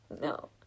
No